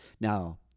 now